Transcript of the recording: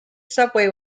subway